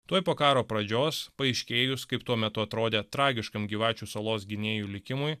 tuoj po karo pradžios paaiškėjus kaip tuo metu atrodė tragiškam gyvačių salos gynėjų likimui